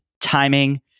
Timing